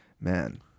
man